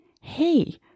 hey